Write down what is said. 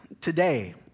today